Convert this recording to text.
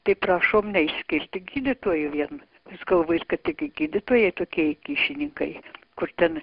tai prašom neišskirti gydytojų vien jūs galvojat kad tik gydytojai tokie įkyšininkai kur ten